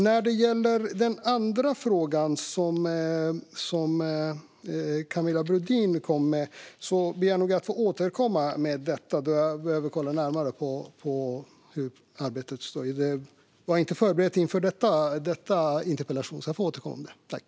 Jag ber att få återkomma till Camilla Brodins fråga eftersom jag behöver kolla närmare på hur arbetet går. Jag hade inte förberett detta inför den här interpellationsdebatten.